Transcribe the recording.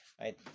right